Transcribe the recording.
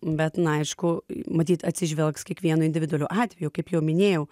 bet na aišku matyt atsižvelgs kiekvienu individualiu atveju kaip jau minėjau